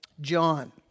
John